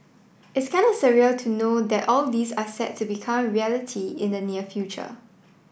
it's kinda surreal to know that all this are set to become reality in the near future